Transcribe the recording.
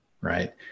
right